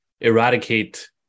eradicate